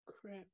Crap